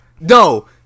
No